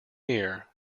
near